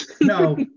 No